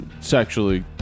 sexually